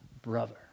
brother